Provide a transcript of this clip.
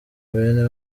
bene